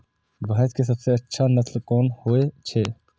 भैंस के सबसे अच्छा नस्ल कोन होय छे?